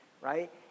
right